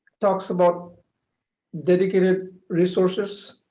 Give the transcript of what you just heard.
talks about dedicated resources,